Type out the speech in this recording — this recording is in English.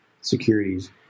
securities